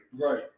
Right